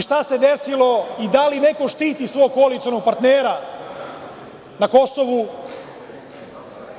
Šta se desilo i da li neko štiti svog koalicionog partnera na Kosovu?